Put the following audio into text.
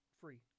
free